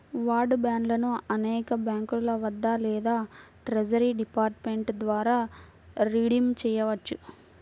war బాండ్లను అనేక బ్యాంకుల వద్ద లేదా ట్రెజరీ డిపార్ట్మెంట్ ద్వారా రిడీమ్ చేయవచ్చు